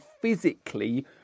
physically